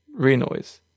Renoise